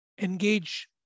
engage